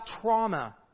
trauma